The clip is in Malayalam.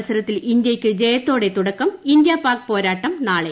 മത്സരത്തിൽ ഇന്ത്യക്ക് ജയത്തോടെ തുടക്കം ഇന്ത്യ പാക് പോരാട്ടം നാളെ